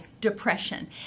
depression